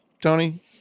tony